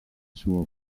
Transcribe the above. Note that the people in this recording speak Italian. suo